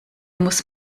muss